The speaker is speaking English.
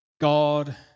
God